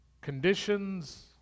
conditions